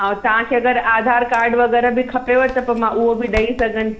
औरि तव्हांखे अगरि आधार कार्ड वग़ैरह बि खपेव त पोइ मां उहो बि ॾई सघंदी